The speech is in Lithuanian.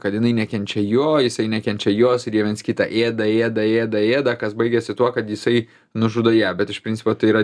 kad jinai nekenčia jo jisai nekenčia jos ir jie viens kitą ėda ėda ėda ėda kas baigiasi tuo kad jisai nužudo ją bet iš principo tai yra